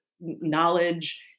Knowledge